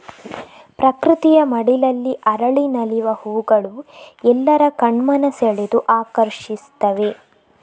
ಪ್ರಕೃತಿಯ ಮಡಿಲಲ್ಲಿ ಅರಳಿ ನಲಿವ ಹೂಗಳು ಎಲ್ಲರ ಕಣ್ಮನ ಸೆಳೆದು ಆಕರ್ಷಿಸ್ತವೆ